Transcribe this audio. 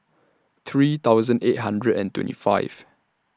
three thousand eight hundred and twenty five